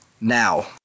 now